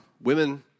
Women